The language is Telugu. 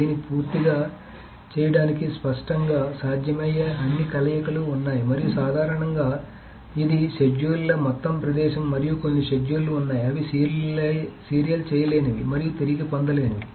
దీన్ని పూర్తి చేయడానికి స్పష్టంగా సాధ్యమయ్యే అన్ని కలయికలు ఉన్నాయి మరియు సాధారణంగా ఇది షెడ్యూల్ల మొత్తం ప్రదేశం మరియు కొన్ని షెడ్యూల్లు ఉన్నాయి అవి సీరియల్ చేయలేనివి మరియు తిరిగి పొందలేనివి